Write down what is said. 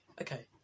Okay